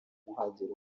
nuhagera